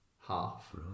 half